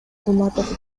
кулматов